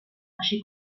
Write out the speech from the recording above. així